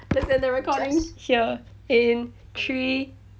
let's end the recording here in three